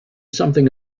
something